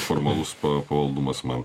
formalus pa pavaldumas man